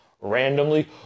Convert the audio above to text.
randomly